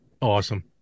Awesome